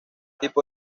tipo